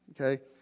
okay